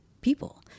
people